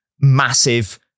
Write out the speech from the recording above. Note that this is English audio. massive